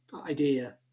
idea